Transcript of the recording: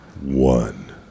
one